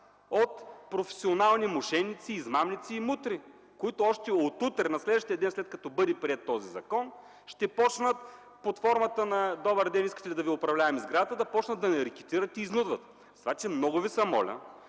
от професионални мошеници, измамници и мутри, които още утре, на следващия ден, след като бъде приет този закон, ще почнат, под формата на: „Добър ден! Искате ли да ви управляваме сградата?”, да ни рекетират и изнудват. Много ви моля!